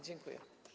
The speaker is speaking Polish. Dziękuję.